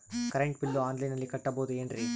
Current bill ಆನ್ಲೈನಿನಲ್ಲಿ ಕಟ್ಟಬಹುದು ಏನ್ರಿ?